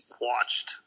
watched